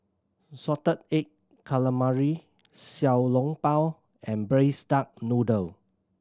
salted egg calamari Xiao Long Bao and Braised Duck Noodle